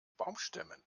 baumstämmen